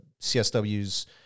CSW's